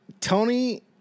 Tony